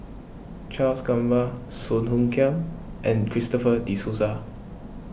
Charles Gamba Song Hoot Kiam and Christopher De Souza